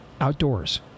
outdoors